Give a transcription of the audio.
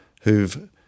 who've